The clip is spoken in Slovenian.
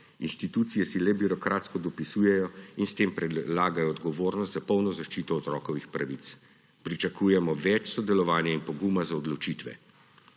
Inštitucije si le birokratsko dopisujejo in s tem prelagajo odgovornost za polno zaščito otrokovih pravic. Pričakujemo več sodelovanja in poguma za odločitve.